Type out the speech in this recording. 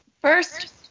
first